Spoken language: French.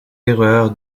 erreurs